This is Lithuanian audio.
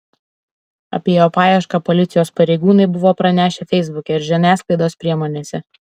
apie jo paiešką policijos pareigūnai buvo pranešę feisbuke ir žiniasklaidos priemonėse